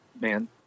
man